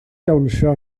dawnsio